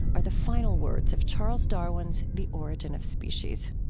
are the final words of charles darwin's the origin of species